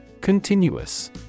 Continuous